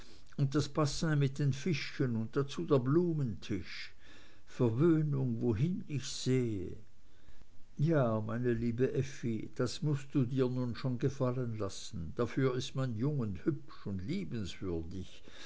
und das bassin mit den fischchen und dazu der blumentisch verwöhnung wohin ich sehe ja meine liebe effi das mußt du dir nun schon gefallen lassen dafür ist man jung und hübsch und liebenswürdig